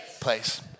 place